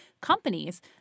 companies